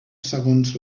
segons